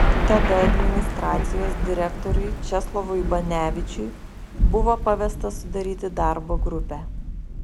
tada administracijos direktoriui česlovui banevičiui buvo pavesta sudaryti darbo grupę